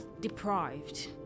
deprived